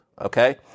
okay